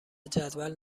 جدول